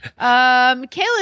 kayla